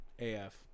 AF